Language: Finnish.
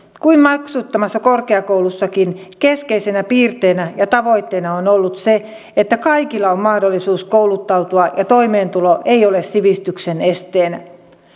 kuin maksuttomassa korkeakoulussakin keskeisenä piirteenä ja tavoitteena on ollut se että kaikilla on mahdollisuus kouluttautua ja toimeentulo ei ole sivistyksen esteenä